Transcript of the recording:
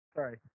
Sorry